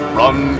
run